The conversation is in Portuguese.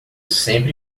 sempre